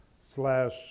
slash